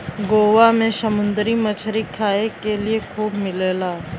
गोवा में समुंदरी मछरी खाए के लिए खूब मिलेला